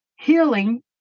healing